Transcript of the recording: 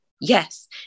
yes